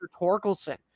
Torkelson